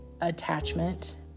attachment